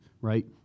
right